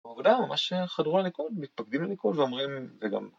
‫עובדה, ממש חדרו לליכוד, ‫מתפקדים לליכוד ואומרים